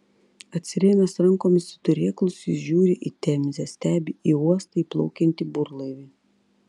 atsirėmęs rankomis į turėklus jis žiūri į temzę stebi į uostą įplaukiantį burlaivį